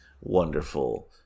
wonderful